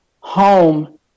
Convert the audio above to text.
Home